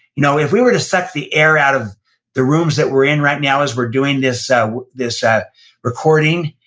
you know if we were to suck the air out of the rooms that we're in right now as we're doing this so this recording,